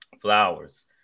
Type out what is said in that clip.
Flowers